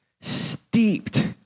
steeped